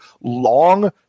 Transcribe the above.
long